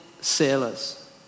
sailors